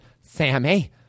Sammy